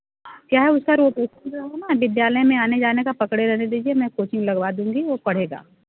क्या है उसका विद्यालय में आने जाने का पकड़े रहने दीजिए मैं कोचिंग लगवा दूँगी वह पढ़ेगा